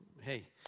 hey